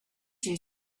you